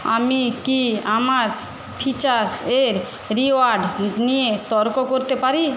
আমি কি আমার ফ্রীচার্জের রিওয়ার্ড নিয়ে তর্ক করতে পারি